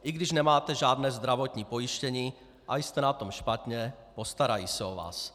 I když nemáte žádné zdravotní pojištění a jste na tom špatně, postarají se o vás.